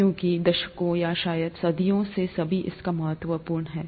क्योंकि दशकों या शायद सदियों से भी इसका महत्व है